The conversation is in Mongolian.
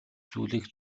зүйлийг